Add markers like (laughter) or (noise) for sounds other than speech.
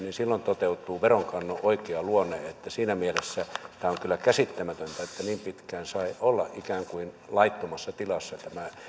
(unintelligible) niin toteutuu veronkannon oikea luonne niin että siinä mielessä tämä on kyllä käsittämätöntä että niin pitkään sai olla ikään kuin laittomassa tilassa tämä